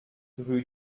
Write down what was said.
rue